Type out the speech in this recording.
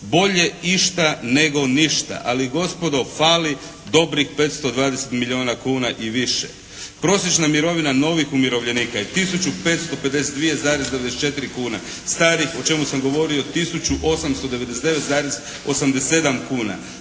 Bolje išta nego ništa. Ali gospodo fali dobrih 520 milijuna kuna ili više. Prosječna mirovina novih umirovljenika je 1552,94 kune. Starih o čemu sam govorio 1899,87 kuna.